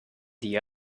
the